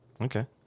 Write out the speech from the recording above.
okay